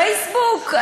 פייסבוק?